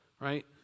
right